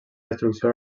destrucció